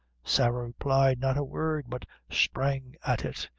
sarah replied not a word, but sprang at it,